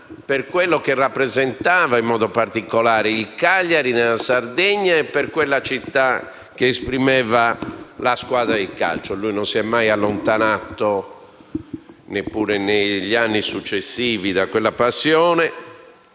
per quello che rappresentava in modo particolare il Cagliari nella Sardegna e per la città che esprimeva la squadra di calcio. Non si è mai allontanato neppure negli anni successivi da quella passione,